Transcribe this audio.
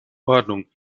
ordnung